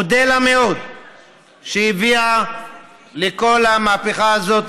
מודה לה מאוד שהביאה לכל המהפכה הזאת